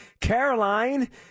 Caroline